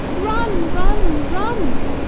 run! run! run!